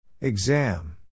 Exam